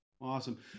Awesome